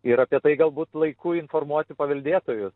ir apie tai galbūt laiku informuoti paveldėtojus